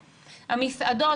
המסעדות,